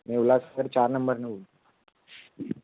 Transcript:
मी उल्हासनगर चार नंबरनं बोलतो आहे